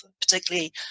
particularly